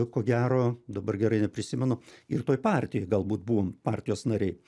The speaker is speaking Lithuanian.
ko gero dabar gerai neprisimenu ir toj partijoj galbūt buvom partijos nariai